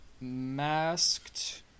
masked